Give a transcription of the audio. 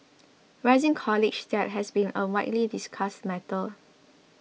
rising college debt has been a widely discussed matter